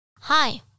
Hi